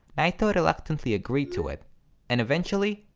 naito reluctantly agreed to it and eventually,